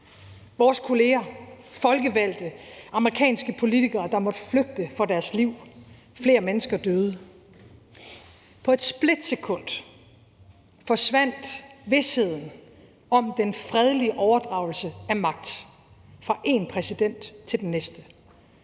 Vores kolleger, folkevalgte amerikanske politikere, måtte flygte for deres liv. Flere mennesker døde. På et splitsekund forsvandt visheden om den fredelige overdragelse af magt fra én præsident til den næste.